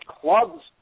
clubs